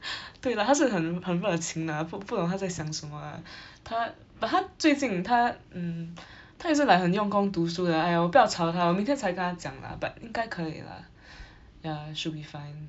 对啦她是很很热情啦不不懂她在想什么啦 她 but 她最近她 um 她也是 like 很用功读书啦哎呀我不要吵她我明天才跟她讲啦 but 应该可以啦 ya should be fine